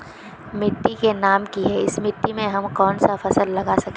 मिट्टी के नाम की है इस मिट्टी में हम कोन सा फसल लगा सके हिय?